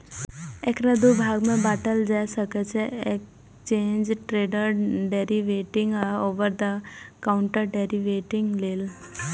एकरा दू भाग मे बांटल जा सकै छै, एक्सचेंड ट्रेडेड डेरिवेटिव आ ओवर द काउंटर डेरेवेटिव लेल